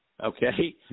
Okay